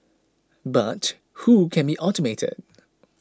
but who can be automated